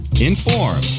inform